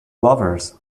lovers